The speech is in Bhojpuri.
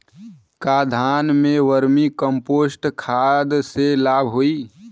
का धान में वर्मी कंपोस्ट खाद से लाभ होई?